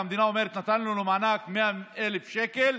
והמדינה אומרת: נתנו לו מענק של 100,000 שקלים,